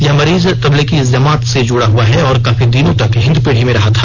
यह मरीज तब्लीगी जमात से जुड़ा हुआ है और काफी दिनों तक हिन्दपीढ़ी में रहा था